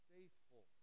Faithful